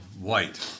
white